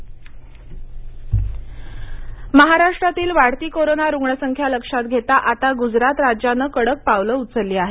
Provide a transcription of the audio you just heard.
नंद्रबार महाराष्ट्रातील वाढती कोरोना रुग्णसंख्या लक्षात घेता आता गुजरात राज्याने कडक पावले उचलली आहे